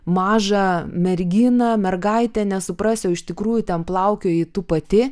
mažą merginą mergaitę nesuprasi o iš tikrųjų ten plaukioji tu pati